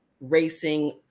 racing